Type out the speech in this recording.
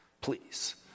Please